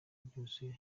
byose